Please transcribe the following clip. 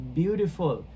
beautiful